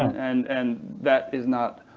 and and that is not